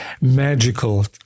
magical